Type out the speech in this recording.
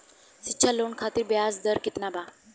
शिक्षा लोन खातिर ब्याज दर केतना बा?